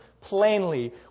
plainly